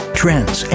trends